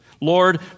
Lord